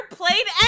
played